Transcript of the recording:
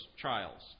trials